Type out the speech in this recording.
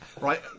right